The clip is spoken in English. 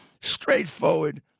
straightforward